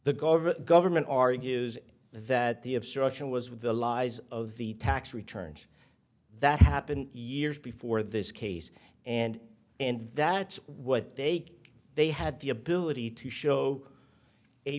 government government argues that the obstruction was with the lies of the tax returns that happened years before this case and and that what they they had the ability to